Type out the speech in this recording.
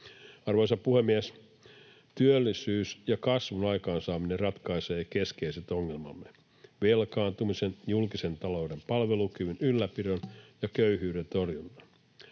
Arvoisa puhemies! Työllisyys ja kasvun aikaansaaminen ratkaisevat keskeiset ongelmamme: velkaantumisen, julkisen talouden palvelukyvyn ylläpidon ja köyhyyden torjunnan.